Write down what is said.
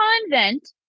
convent